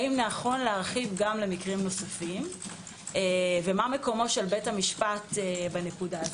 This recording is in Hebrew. האם נכון להרחיב למקרים נוספים ומה מקום בית המשפט בנקודה הזאת.